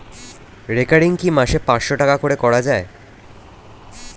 Recurring কি মাসে পাঁচশ টাকা করে করা যায়?